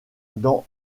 dans